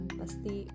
pasti